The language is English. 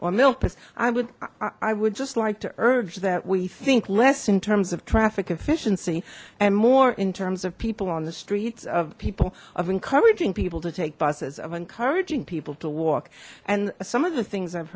milpas i would i would just like to urge that we think less in terms of traffic efficiency and more in terms of people on the streets of people of encouraging people to take buses of encouraging people to walk and some of the things i've